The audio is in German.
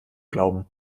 glauben